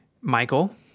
Michael